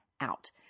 out